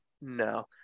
No